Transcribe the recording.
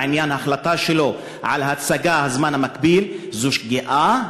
בעניין ההחלטה שלו על ההצגה "הזמן המקביל" זו שגיאה.